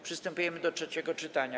Przystępujemy do trzeciego czytania.